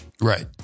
Right